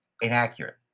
inaccurate